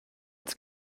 its